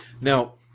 Now